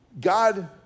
God